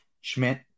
Schmidt